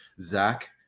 Zach